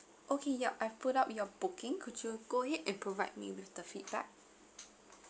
okay yup I've put up your booking could you go ahead and provide me with the feedback